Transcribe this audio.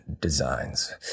designs